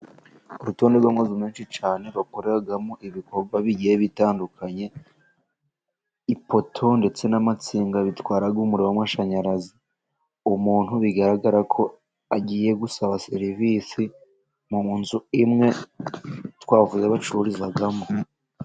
Urutonde rw'amazu menshi cyane, bakoreramo ibikorwa bigiye bitandukanye, ipoto ndetse n'amatsinga bitwara umuriro w'amashanyarazi. Umuntu bigaragara ko agiye gusaba serivisi mu nzu, imwe twavuze bacururizamo.